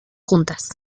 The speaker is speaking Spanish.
juntas